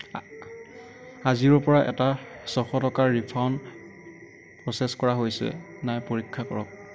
আজিৰ পৰা এটা ছশ টকাৰ ৰিফাণ্ড প্ৰ'চেছ কৰা হৈছেনে নাই পৰীক্ষা কৰক